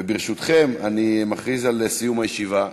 וברשותכם, אני מכריז על סיום הישיבה.